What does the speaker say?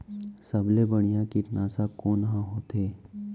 सबले बढ़िया कीटनाशक कोन ह होथे?